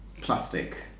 plastic